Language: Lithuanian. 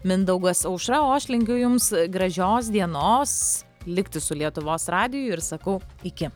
mindaugas aušra o aš linkiu jums gražios dienos likti su lietuvos radiju ir sakau iki